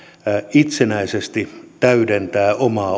itsenäisesti täydentää omaa